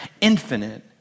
infinite